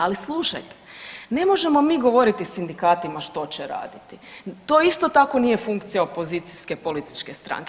Ali slušajte ne možemo mi govoriti sindikatima što će raditi, to isto tako nije funkcija opozicijske političke stranke.